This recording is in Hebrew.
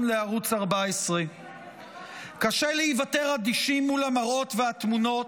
לערוץ 14. קשה להיוותר אדישים מול המראות והתמונות,